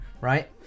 right